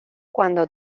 cuando